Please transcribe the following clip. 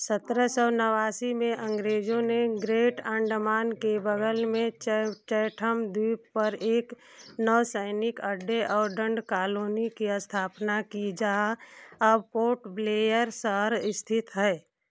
सत्रह सौ नवासी में अंग्रेज़ों ने ग्रेट अंडमान के बगल में चै चैठम द्वीप पर एक नौसैनिक अड्डे और दंड कॉलोनी की स्थापना की जहाँ अब पोर्ट ब्लेयर शहर स्थित है